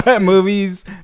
movies